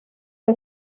que